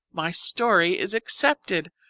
my story is accepted.